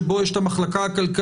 שבו יש את המחלקה הכלכלית,